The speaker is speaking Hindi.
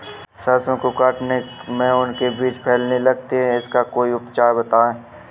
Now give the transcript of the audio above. सरसो को काटने में उनके बीज फैलने लगते हैं इसका कोई उपचार बताएं?